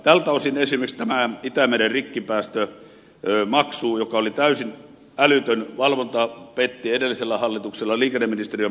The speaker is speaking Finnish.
tältä osin esimerkiksi tämä itämeren rikkipäästömaksu oli täysin älytön valvonta petti edellisellä hallituksella liikenneministeriön puolella